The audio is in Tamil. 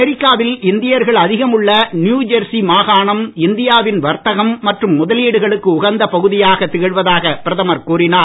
அமெரிக்காவில் இந்தியர்கள் அதிகம் உள்ள நியுஜெர்சி மாகாணம் இந்தியாவின் வர்த்தகம் மற்றும் முதலீடுகளுக்கு உகந்த பகுதியாக திகழ்வதாக பிரதமர் கூறினார்